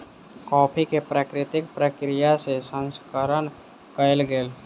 coffee के प्राकृतिक प्रक्रिया सँ प्रसंस्करण कयल गेल